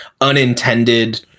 unintended